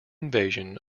invasion